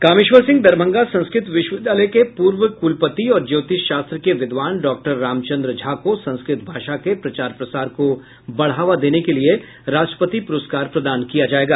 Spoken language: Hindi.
कामेश्वर सिंह दरभंगा संस्कृत विश्वविद्यालय के पूर्व कुलपति और ज्योतिष शास्त्र के विद्वान डाक्टर रामचंद्र झा को संस्कृत भाषा के प्रचार प्रसार को बढ़ावा देने के लिये राष्ट्रपति पुरस्कार प्रदान किया जायेगा